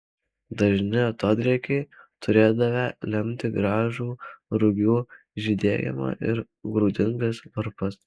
dažni atodrėkiai turėdavę lemti gražų rugių žydėjimą ir grūdingas varpas